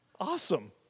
awesome